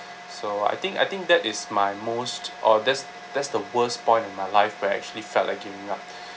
so I think I think that is my most uh that's that's the worst point in my life where I actually felt like giving up